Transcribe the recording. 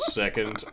second